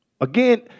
Again